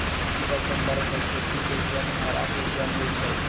बेशीतर संदर्भ में खेती के जन भड़ा के जन होइ छइ